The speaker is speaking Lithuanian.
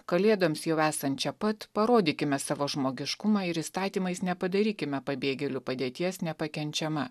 kalėdoms jau esant čia pat parodykime savo žmogiškumą ir įstatymais nepadarykime pabėgėlių padėties nepakenčiama